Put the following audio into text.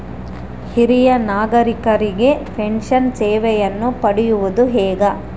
ಹಿರಿಯ ನಾಗರಿಕರಿಗೆ ಪೆನ್ಷನ್ ಸೇವೆಯನ್ನು ಪಡೆಯುವುದು ಹೇಗೆ?